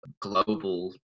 global